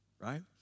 right